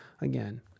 Again